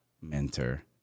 mentor